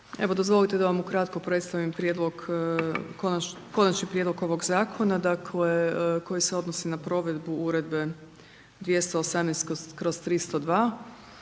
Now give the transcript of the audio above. Evo dozvolite da vam u kratko predstavim prijedlog, Konačni prijedlog ovog Zakona, dakle, koji se odnosi na provedbu Uredbe 2018/302